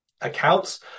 accounts